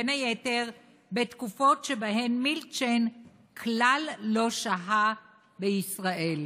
בין היתר בתקופות שבהן מילצ'ן כלל לא שהה בישראל".